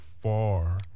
Far